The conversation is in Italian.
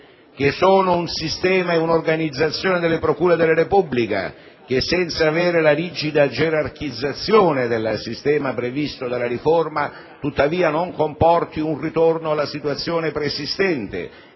un sistema e un'organizzazione delle procure della Repubblica che - pur senza avere la rigida gerarchizzazione del sistema previsto dalla riforma - non comporti tuttavia un ritorno alla situazione pre-esistente